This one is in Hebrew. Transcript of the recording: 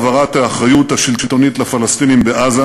העברת האחריות השלטונית לפלסטינים בעזה